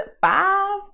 Five